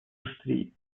индустрии